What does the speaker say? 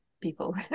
people